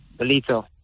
Belito